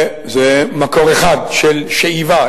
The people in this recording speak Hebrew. זה מקור אחד של שאיבה,